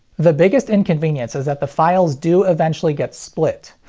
the biggest inconvenience is that the files do eventually get split.